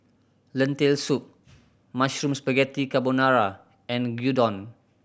Lentil Soup Mushroom Spaghetti Carbonara and Gyudon